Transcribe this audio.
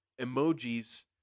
emojis